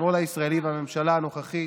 השמאל הישראלי והממשלה הנוכחית,